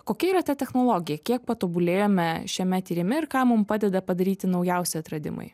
kokia yra ta technologija kiek patobulėjome šiame tyrime ir ką mum padeda padaryti naujausi atradimai